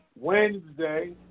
Wednesday